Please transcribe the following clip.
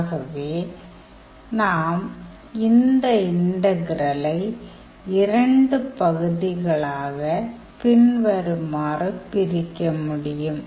ஆகவே நாம் இந்த இன்டகிரலை இரண்டு பகுதிகளாக பின்வருமாறு பிரிக்க முடியும்